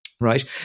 Right